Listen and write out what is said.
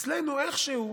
אצלנו איכשהו,